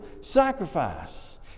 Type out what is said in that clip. sacrifice